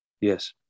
Yes